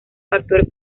factor